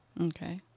Okay